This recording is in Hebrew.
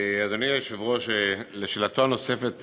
אדוני היושב-ראש, לשאלתו הנוספת